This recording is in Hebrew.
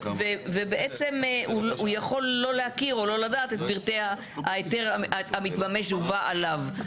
ובעצם הוא יכול לא להכיר או לא לדעת את פרטי ההיתר המתממש ובא עליו,